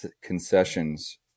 concessions